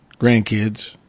grandkids